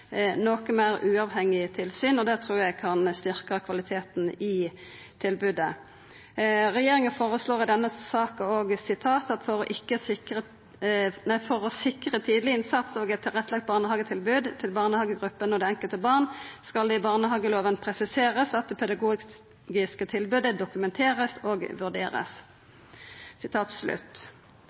noko meir uavhengig tilsyn, og det trur eg kan styrkja kvaliteten i tilbodet. Regjeringa føreslår i denne saka òg: «For å sikre tidlig innsats og et tilrettelagt barnehagetilbud til barnegruppen og det enkelte barn foreslår departementet at det i barnehageloven presiseres at det pedagogiske tilbudet skal dokumenteres og